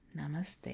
namaste